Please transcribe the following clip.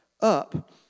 up